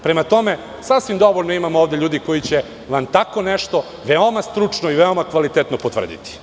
Prema tome, sasvim dovoljno imamo ovde ljudi koji će vam tako nešto veoma stručno i veoma kvalitetno potvrditi.